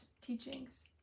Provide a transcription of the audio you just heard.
teachings